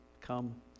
come